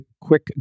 quick